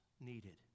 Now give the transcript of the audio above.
needed